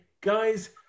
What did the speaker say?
guys